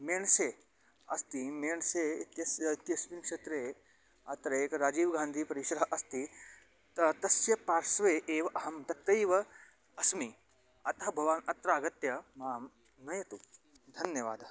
मेण्से अस्ति मेणसे इत्यस्य इत्यस्मिन् क्षेत्रे अत्र एक राजीवगान्धीपरिसरः अस्ति त तस्य पार्श्वे एव अहं तत्तैव अस्मि अतः भवान् अत्र आगत्य माम् नयतु धन्यवादः